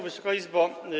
Wysoka Izbo!